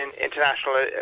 international